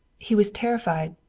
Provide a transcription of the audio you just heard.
he was terrified.